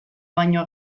baino